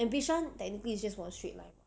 and bishan technically is just one straight line [what]